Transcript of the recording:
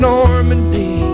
Normandy